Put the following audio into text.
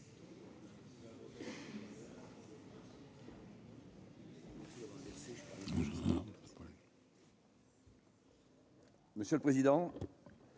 Monsieur le président,